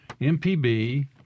MPB